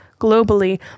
globally